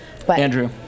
Andrew